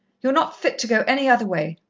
you're not fit to go any other way.